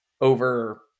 over